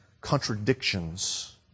contradictions